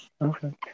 Okay